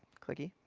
clicky.